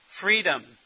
freedom